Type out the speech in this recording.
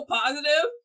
positive